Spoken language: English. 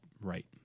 Right